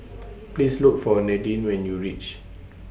Please Look For Nadine when YOU REACH